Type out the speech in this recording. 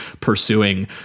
pursuing